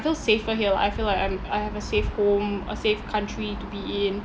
I feel safer here lah I feel like I'm I have a safe home a safe country to be in